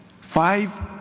Five